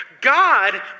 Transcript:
God